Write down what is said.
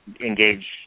engage